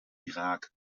irak